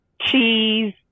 cheese